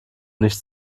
nicht